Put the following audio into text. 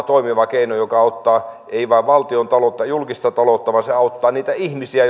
toimiva keino joka auttaa ei vain valtiontaloutta julkista taloutta vaan se auttaa niitä ihmisiä